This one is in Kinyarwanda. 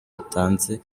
atanze